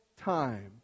time